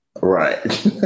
Right